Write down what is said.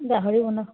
গাহৰি বনাম